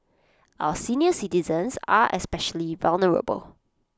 our senior citizens are especially vulnerable